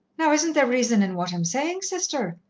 now isn't there reason in what i'm saying, sister?